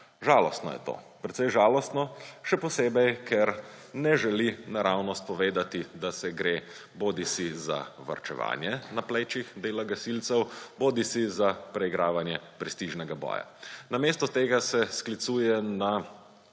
Žalostno je to, precej žalostno. Še posebej, ker ne želi naravnost povedati, da gre bodisi za varčevanje na plečih dela gasilcev bodisi za preigravanje prestižnega boja. Namesto tega se sklicuje na